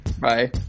Bye